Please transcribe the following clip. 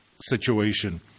situation